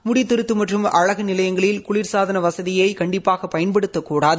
முடிதிருத்தும் மற்றும் அழகு நிலையங்களில் குளிர் சாதன வசதிமய கண்டிப்பாக பயன்படுத்தக்கூடாது